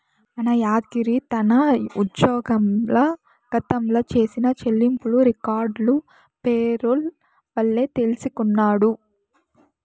మన యాద్గిరి తన ఉజ్జోగంల గతంల చేసిన చెల్లింపులు రికార్డులు పేరోల్ వల్లే తెల్సికొన్నాడు